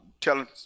telling